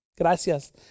Gracias